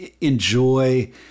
enjoy